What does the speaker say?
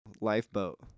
Lifeboat